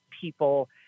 people